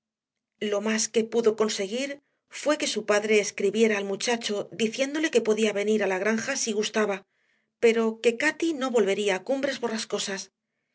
lo más que pudo conseguir fue que su padre escribiera al muchacho diciéndole que podía venir a la granja si gustaba pero que cati no volvería a cumbres